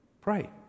pray